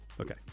Okay